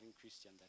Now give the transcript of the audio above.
Christian